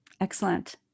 Excellent